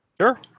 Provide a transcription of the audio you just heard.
Sure